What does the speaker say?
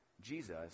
Jesus